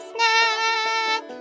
Snack